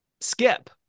skip